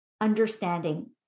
understanding